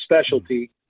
specialty